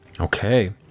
Okay